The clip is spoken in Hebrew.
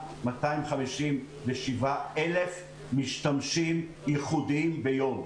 451,257 משתמשים ייחודיים ביום.